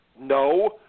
No